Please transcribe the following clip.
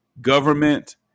government